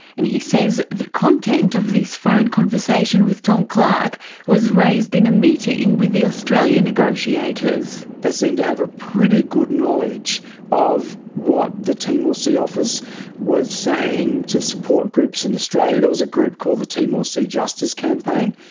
and he says the content of this phone conversation with tom clark was raised in a meeting with the australian negotiators. they seemed to have ah pretty good knowledge of what the timor sea office was saying to support groups in australia. there was a group called the timor sea justice campaign,